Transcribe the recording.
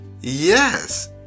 yes